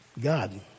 God